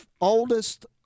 oldest